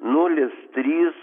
nulis trys